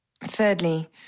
Thirdly